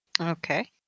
Okay